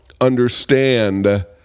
understand